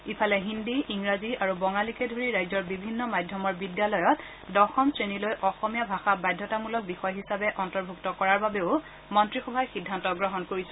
ইফালে হিন্দী ইংৰাজী আৰু বঙালীকে ধৰি ৰাজ্যৰ বিভিন্ন মাধ্যমৰ বিদ্যালয়ত দশম শ্ৰেণীলৈ অসমীয়া ভাষা বাধ্যতামূলক বিষয় হিচাপে অন্তৰ্ভূক্ত কৰাৰ বাবেও মন্ত্ৰীসভাই সিদ্ধান্ত গ্ৰহণ কৰিছে